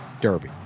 Derby